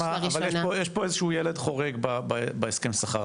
יש פה איזשהו ילד חורג בהסכם שכר,